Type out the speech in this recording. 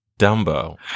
Dumbo